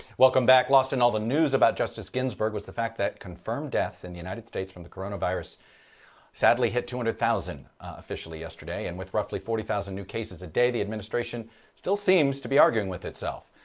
welcome back. lost in all the news about justice ginsburg was the fact that confirmed deaths from and the united states from the coronavirus sadly hit two hundred thousand officially yesterday and with roughly forty thousand new cases a day the administration still seems to be arguing with itself.